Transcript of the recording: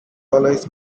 allows